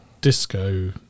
Disco